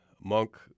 Monk